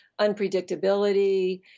unpredictability